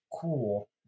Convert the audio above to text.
Cool